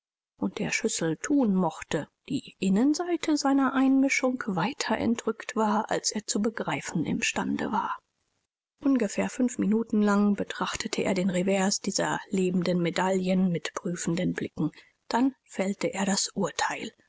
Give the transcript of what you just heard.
und der schüssel thun mochte die innenseite seiner einmischung weiter entrückt war als er zu begreifen im stande war ungefähr fünf minuten lang betrachtete er den revers dieser lebenden medaillen mit prüfenden blicken dann fällte er das urteil